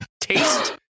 taste